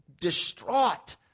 distraught